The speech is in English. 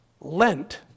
Lent